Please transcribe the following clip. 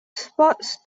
sports